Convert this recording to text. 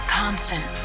constant